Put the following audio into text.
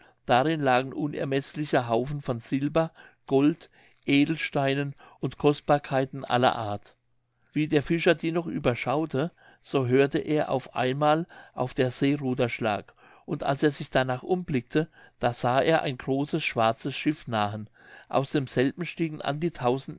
darin lagen unermeßliche haufen von silber gold edelsteinen und kostbarkeiten aller art wie der fischer die noch überschaute so hörte er auf einmal auf der see ruderschlag und als er sich danach umblickte da sah er ein großes schwarzes schiff nahen aus demselben stiegen an die